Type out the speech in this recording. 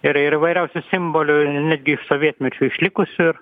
ir ir įvairiausių simbolių ir netgi sovietmečio išlikusių ir